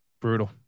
Brutal